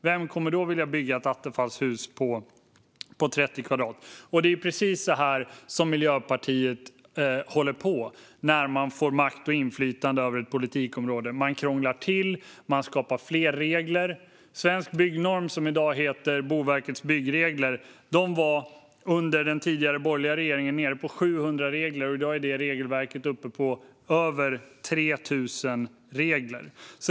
Vem kommer då att vilja bygga ett attefallshus på 30 kvadratmeter? Det är på precis det sättet Miljöpartiet håller på när man får makt och inflytande över ett politikområde. Man krånglar till det, och man skapar fler regler. Svensk byggnorm, som i dag heter Boverkets byggregler, var under den borgerliga regeringens tid nere på 700 regler. I dag är regelverket uppe i över 3 000 regler.